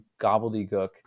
gobbledygook